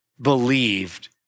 believed